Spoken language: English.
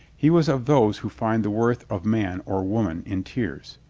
he was of those who find the worth of man or woman in tears.